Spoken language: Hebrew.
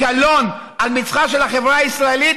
קלון על מצחה של החברה הישראלית.